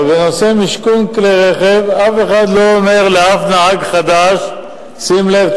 אבל בנושא משכון כלי-רכב אף אחד לא אומר לאף נהג חדש: שים לב,